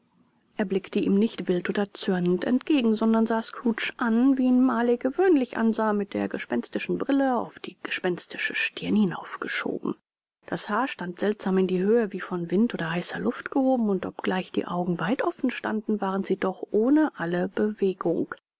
er blickte ihm nicht wild oder zürnend entgegen sondern sah scrooge an wie ihn marley gewöhnlich ansah mit der gespenstischen brille auf die gespenstische stirn hinauf geschoben das haar stand seltsam in die höhe wie von wind oder heißer luft gehoben und obgleich die augen weit offen standen waren sie doch ohne alle bewegung